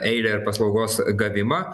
eilę ir paslaugos gavimą